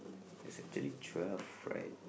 there's actually twelve right